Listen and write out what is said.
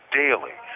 daily